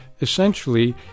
essentially